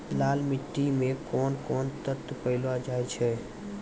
लाल मिट्टी मे कोंन कोंन तत्व पैलो जाय छै?